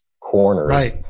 corners